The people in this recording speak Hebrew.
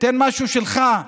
תן משהו שלך,